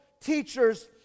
teachers